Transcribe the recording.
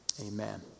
Amen